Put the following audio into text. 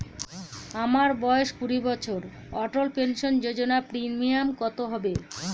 আমার বয়স কুড়ি বছর অটল পেনসন যোজনার প্রিমিয়াম কত হবে?